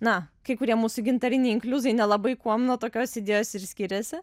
na kai kurie mūsų gintariniai inkliuzai nelabai kuom nuo tokios idėjos ir skiriasi